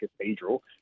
Cathedral